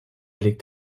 liegt